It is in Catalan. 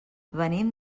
venim